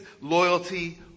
loyalty